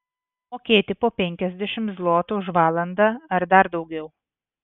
mokėti po penkiasdešimt zlotų už valandą ar dar daugiau